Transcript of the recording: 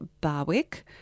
Barwick